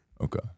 Okay